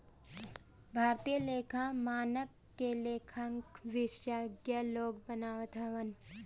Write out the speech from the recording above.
भारतीय लेखा मानक के लेखांकन विशेषज्ञ लोग बनावत हवन